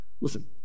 Listen